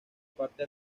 parte